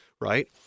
right